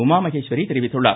உமா மகோஸ்வரி தெரிவித்துள்ளார்